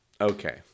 okay